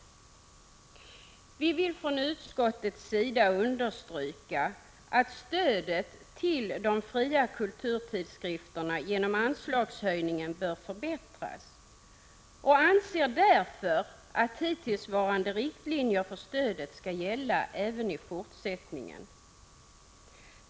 Oxen nb + Vivillfrån utskottets sida understryka att stödet till de fria kulturtidskrifterna genom anslagshöjningen kommer att förbättras. Därför anser vi att hittillsvarande riktlinjer för stödet skall gälla även i fortsättningen.